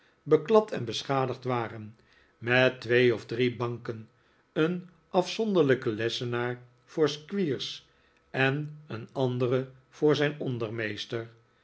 beklad en beschadigd waren met twee of drie banken een afzonderlijken lessenaar voor squeers en een anderen voor zijn ondermeester